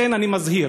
לכן, אני מזהיר: